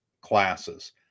classes